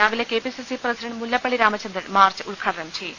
രാവിലെ K P C C president Mullappally Ramachandran march ഉദ്ഘാടനം ചെയ്യും